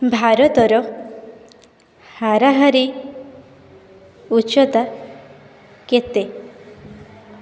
ଭାରତର ହାରାହାରି ଉଚ୍ଚତା କେତେ